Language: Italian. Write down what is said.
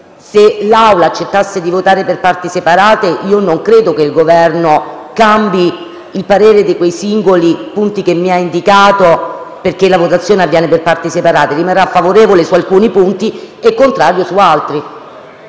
Se l'Assemblea accetterà di votare per parti separate, non credo che il Governo cambierà il parere su quei singoli punti che lei, senatore Ferrari, mi ha indicato, perché la votazione avviene per parti separate: rimarrà favorevole su alcuni punti e contrario su altri.